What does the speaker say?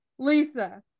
Lisa